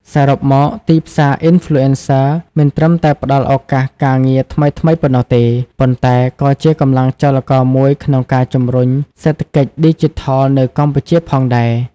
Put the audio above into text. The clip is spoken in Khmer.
សរុបមក ទីផ្សារ Influencer មិនត្រឹមតែផ្ដល់ឱកាសការងារថ្មីៗប៉ុណ្ណោះទេ ប៉ុន្តែក៏ជាកម្លាំងចលករមួយក្នុងការជំរុញសេដ្ឋកិច្ចឌីជីថលនៅកម្ពុជាផងដែរ។